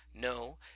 No